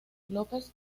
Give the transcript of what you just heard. lópez